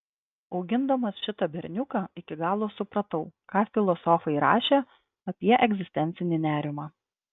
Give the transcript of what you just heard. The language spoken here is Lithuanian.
augindamas šitą berniuką iki galo supratau ką filosofai rašė apie egzistencinį nerimą